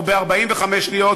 או ב-45 שניות,